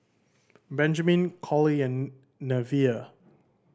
Benjamin Collie and Neveah